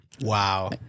Wow